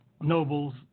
nobles